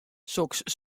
soks